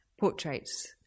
portraits